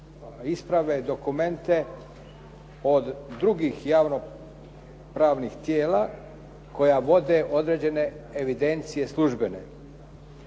isprave, dokumente od drugih javno-pravnih tijela koja vode određene evidencije službene.